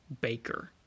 baker